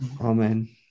Amen